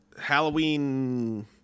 Halloween